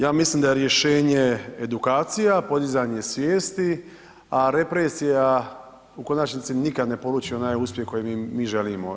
Ja mislim da je rješenje edukacija, podizanje svijesti a represija u konačnici nikad ne poluči onaj uspjeh koji mi želimo.